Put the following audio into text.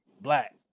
black